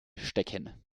stecken